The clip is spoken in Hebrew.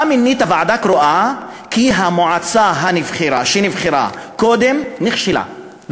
אתה מינית ועדה קרואה כי המועצה שנבחרה קודם נכשלה,